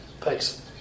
Thanks